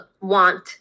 want